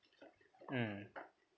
mm